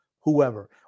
whoever